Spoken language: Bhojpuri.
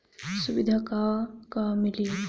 सुविधा का का मिली?